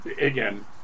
again